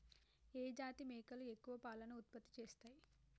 ఏ జాతి మేకలు ఎక్కువ పాలను ఉత్పత్తి చేస్తయ్?